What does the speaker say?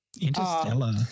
Interstellar